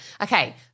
okay